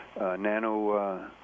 nano